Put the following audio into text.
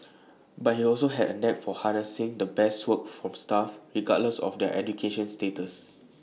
but he also had A knack for harnessing the best work from staff regardless of their education status